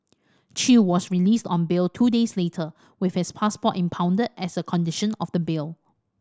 Chew was released on bail two days later with his passport impounded as a condition of the bail